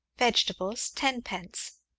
vegetables tenpence!